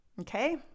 Okay